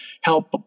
help